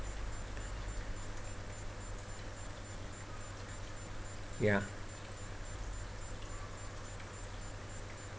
ya